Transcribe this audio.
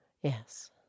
Yes